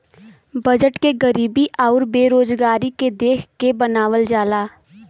budget के गरीबी आउर बेरोजगारी के देख के बनावल जाला